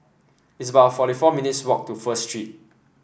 it's about forty four minutes' walk to First Street